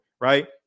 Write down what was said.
right